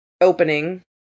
opening